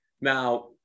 Now